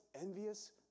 envious